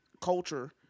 culture